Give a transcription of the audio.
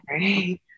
right